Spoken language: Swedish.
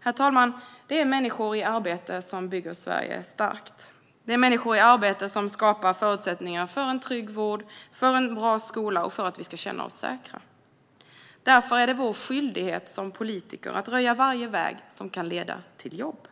Herr talman! Det är människor i arbete som bygger Sverige starkt. Det är människor i arbete som skapar förutsättningar för en trygg vård, för en bra skola och för att vi ska känna oss säkra. Därför är det vår skyldighet som politiker att röja varje väg som kan leda till jobb.